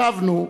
שבנו,